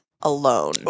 alone